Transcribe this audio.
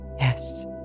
Yes